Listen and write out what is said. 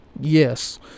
yes